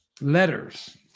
letters